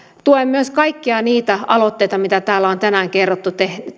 tuen myös kaikkia niitä aloitteita mitä täällä on tänään kerrottu